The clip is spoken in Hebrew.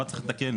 מה צריך לתקן,